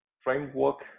Framework